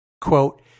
Quote